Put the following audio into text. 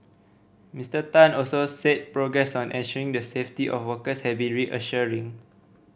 Mister Tan also said progress on ensuring the safety of workers has been reassuring